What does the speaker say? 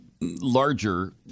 larger